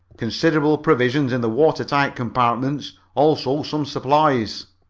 considerable provisions in the water-tight compartments. also some supplies.